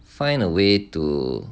find a way to